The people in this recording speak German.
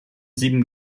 sieben